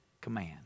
command